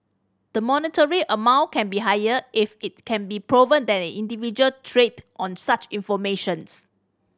the monetary amount can be higher if it can be proven that an individual trade on such informations